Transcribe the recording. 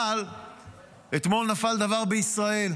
אבל אתמול נפל דבר בישראל.